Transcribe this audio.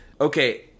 Okay